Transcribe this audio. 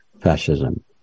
fascism